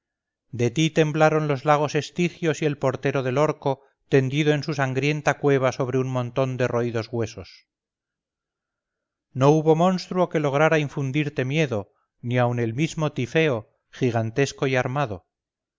de ti temblaron los lagos estigios y el portero del orco tendido en su sangrienta cueva sobre un montón de roídos huesos no hubo monstruo que lograra infundirte miedo ni aun el mismo tifeo gigantesco y armado